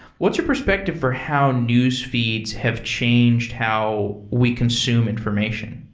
what's your perspective for how newsfeeds have changed how we consume information?